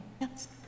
Yes